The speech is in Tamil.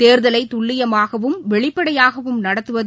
தேர்தலை துல்லியமாகவும் வெளிப்படையாகவும் நடத்துவது